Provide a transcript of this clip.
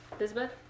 Elizabeth